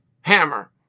hammer